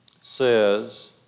says